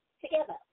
together